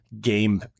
game